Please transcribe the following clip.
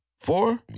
Four